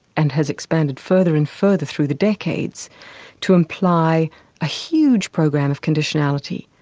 and has expanded further and further through the decades to imply a huge program of conditionality,